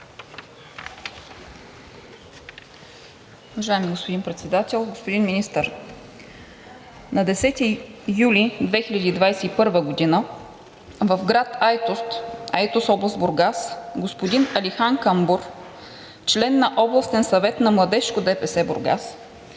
Уважаеми господин Председател! Господин Министър, на 10 юли 2021 г. в град Айтос, област Бургас, господин Алихан Камбур, член на Областния съвет на младежкото ДПС – Бургас,